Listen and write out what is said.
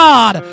God